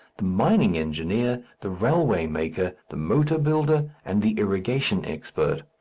the mining engineer, the railway maker, the motor builder, and the irrigation expert.